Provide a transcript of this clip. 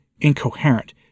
incoherent